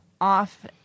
off